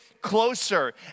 closer